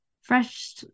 fresh